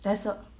that's all